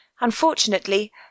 Unfortunately